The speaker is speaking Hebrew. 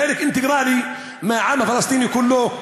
חלק אינטגרלי של העם הפלסטיני כולו.